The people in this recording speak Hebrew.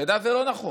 אתה יודע, זה לא נכון.